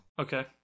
Okay